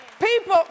People